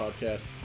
Podcast